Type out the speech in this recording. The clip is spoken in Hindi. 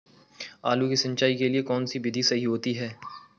आलू की सिंचाई के लिए कौन सी विधि सही होती है?